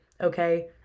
Okay